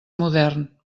modern